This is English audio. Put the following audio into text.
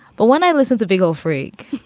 but when i listened to viggo freak.